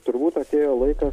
turbūt atėjo laikas